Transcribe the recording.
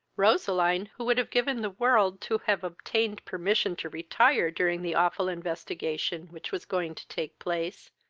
roseline, who would have given the world to have obtained permission to retire during the awful investigation which was going to take place,